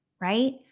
right